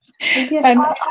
Yes